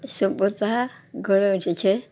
সভ্যতা গড়ে উঠেছে